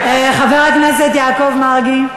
חבר הכנסת יעקב מרגי.